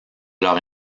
leur